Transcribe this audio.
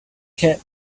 cab